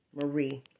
Marie